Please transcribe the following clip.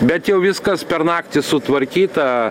bet jau viskas per naktį sutvarkyta